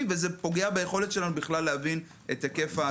וזה פוגע ביכולת שלנו להבין את ההיקף.